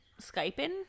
Skyping